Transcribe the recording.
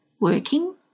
working